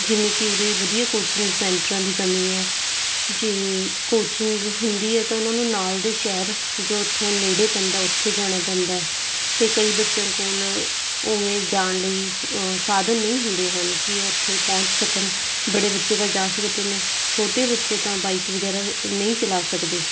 ਜਿਵੇਂ ਕਿ ਉਰੇ ਵਧੀਆ ਕੋਚਿੰਗ ਸੈਂਟਰਾਂ ਦੀ ਕਮੀ ਹੈ ਜੇ ਕੋਚਿੰਗ ਹੁੰਦੀ ਹੈ ਤਾਂ ਉਹਨਾਂ ਨੂੰ ਨਾਲ ਦੇ ਸ਼ਹਿਰ ਜੋ ਉੱਥੋਂ ਨੇੜੇ ਪੈਂਦਾ ਉੱਥੇ ਜਾਣਾ ਪੈਂਦਾ ਅਤੇ ਕਈ ਬੱਚਿਆਂ ਕੋਲ ਉਵੇਂ ਜਾਣ ਲਈ ਸਾਧਨ ਨਹੀਂ ਹੁੰਦੇ ਹਨ ਕਿ ਉੱਥੇ ਪਹੁੰਚ ਸਕਣ ਬੜੇ ਬੱਚੇ ਤਾਂ ਜਾ ਸਕਦੇ ਨੇ ਛੋਟੇ ਬੱਚੇ ਤਾਂ ਬਾਈਕ ਵਗੈਰਾ ਨਹੀਂ ਚਲਾ ਸਕਦੇ